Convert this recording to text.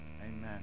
Amen